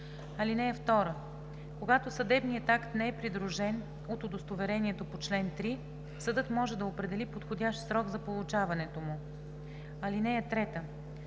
делото. (2) Когато съдебният акт не е придружен от удостоверението по чл. 3, съдът може да определи подходящ срок за получаването му. (3)